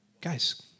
Guys